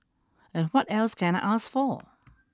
and what else can I ask for